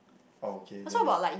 okay then